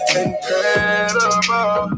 incredible